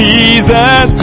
Jesus